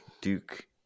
Duke